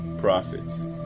prophets